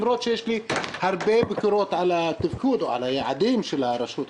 למרות שיש לי ביקורת רבה על התפקוד או על היעדים של הרשות,